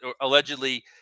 allegedly